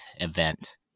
event